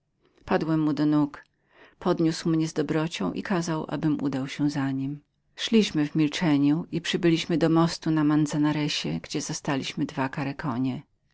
padłem mu do nóg podniósł mnie z dobrocią i kazał abym udał się za nim szliśmy w milczeniu i przybyliśmy na brzegi manzanaresu gdzie zastaliśmy dwa kare konie